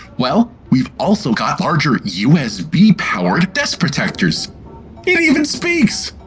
well. we've also got larger, usb-powered desk protectors! it even speaks!